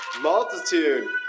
Multitude